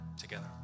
together